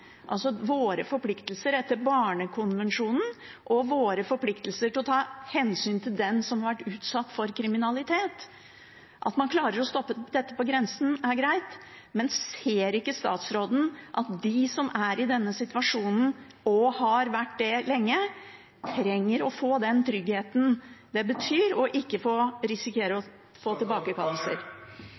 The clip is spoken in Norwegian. altså våre forpliktelser etter barnekonvensjonen og våre forpliktelser til å ta hensyn til den som har vært utsatt for kriminalitet. At man klarer å stoppe dette på grensen, er greit, men: Ser ikke statsråden at de som er i denne situasjonen og har vært det lenge, trenger å få den tryggheten det betyr å ikke risikere å få